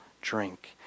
drink